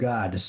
God